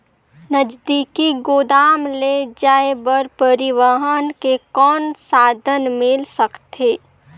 नजदीकी गोदाम ले जाय बर परिवहन के कौन साधन मिल सकथे?